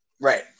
Right